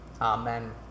Amen